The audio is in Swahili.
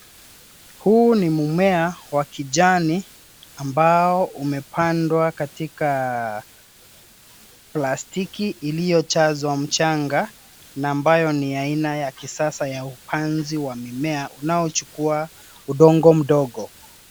Huu ni mmea wa kijani ambao umepandwa katika plastiki iliyojazwa mchanga na ambayo ni aina ya kisasa ya upanzi wa mimea unaochukua udongo mdogo.